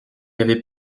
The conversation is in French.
avait